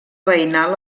veïnal